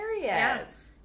Yes